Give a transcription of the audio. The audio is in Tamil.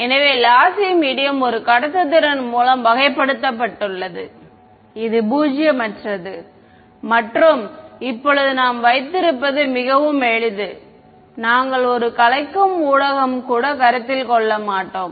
எனவே லாசி மீடியம் ஒரு கடத்துத்திறன் மூலம் வகைப்படுத்தப்பட்டுள்ளது இது பூஜ்ஜியமற்றது மற்றும் இப்போது நாம் வைத்திருப்பது மிகவும் எளிது நாங்கள் ஒரு கலைக்கும் ஊடகம் கூட கருத்தில் கொள்ள மாட்டோம்